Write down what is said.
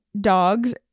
dogs